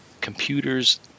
computers